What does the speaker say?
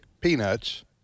peanuts